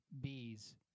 bees